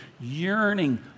yearning